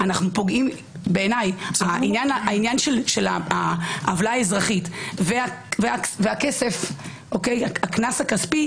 בעיניי העניין של העוולה האזרחית והקנס הכספי